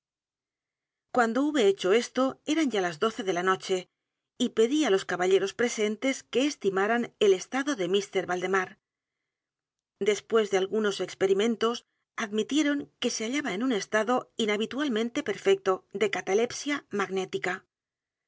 cuando hube hecho esto eran ya las doce de la noche y pedí á los caballeros presentes que estimaran el estado de mr valdemar después de algunos e x p e rimentos admitieron que se hallaba en un estado inhabitualmente perfecto de catalepsia magnética